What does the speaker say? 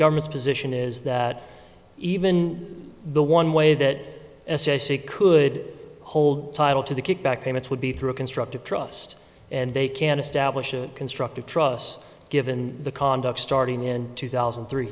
government's position is that even the one way that s s a could hold title to the kickback payments would be through a constructive trust and they can establish a constructive trust given the conduct starting in two thousand and three